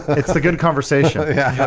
it's a good conversation yeah,